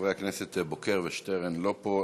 חברי הכנסת בוקר ושטרן לא פה,